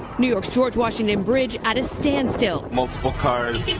new york's george washington bridge at a standstill. multiple cars,